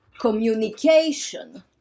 communication